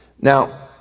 Now